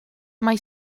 mae